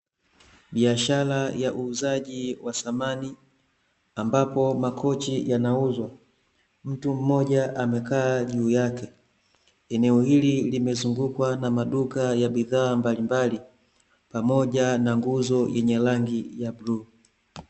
Biashara ya uuzaji wa samani ambapo makochi yanauzwa; mtu mmoja amekaa juu yake. Eneo hili limezungukwa na maduka ya bidhaa mbalimbali pamoja na nguzo yenye rangi ya bluu.